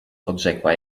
odrzekła